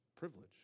privilege